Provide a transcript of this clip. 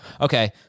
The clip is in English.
okay